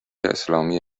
اسلامی